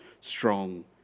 strong